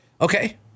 Okay